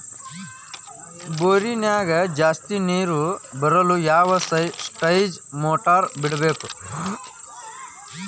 ಬೋರಿನ್ಯಾಗ ಜಾಸ್ತಿ ನೇರು ಬರಲು ಯಾವ ಸ್ಟೇಜ್ ಮೋಟಾರ್ ಬಿಡಬೇಕು?